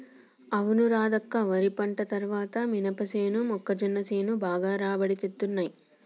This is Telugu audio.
అవును రాధక్క వరి పంట తర్వాత మినపసేను మొక్కజొన్న సేను బాగా రాబడి తేత్తున్నయ్